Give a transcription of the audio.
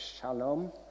shalom